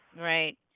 right